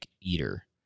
eater